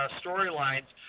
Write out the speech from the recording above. storylines